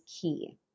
key